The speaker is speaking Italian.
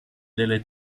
delle